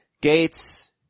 Gates